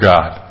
God